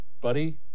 buddy